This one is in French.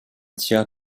tiers